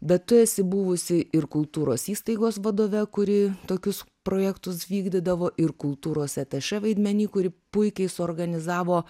bet tu esi buvusi ir kultūros įstaigos vadove kuri tokius projektus vykdydavo ir kultūros atašė vaidmeny kuri puikiai suorganizavo